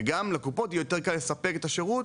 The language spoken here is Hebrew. וגם לקופות יהיה יותר קל לספק את השירות,